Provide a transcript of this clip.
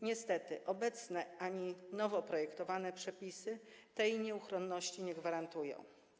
Niestety obecne ani nowo projektowane przepisy tej nieuchronności nie gwarantują.